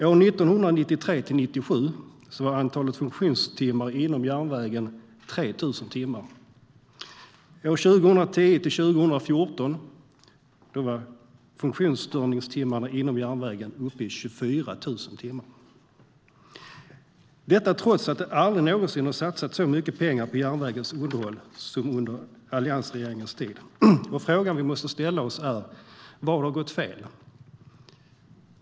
År 1993-1997 var antalet funktionsstörningstimmar inom järnvägen 3 000. År 2010-2014 var antalet funktionsstörningstimmar inom järnvägen uppe i 24 000, detta trots att det aldrig någonsin har satsats så mycket pengar på järnvägens underhåll som under alliansregeringens tid. Frågan vi måste ställa oss är: Vad har gått fel?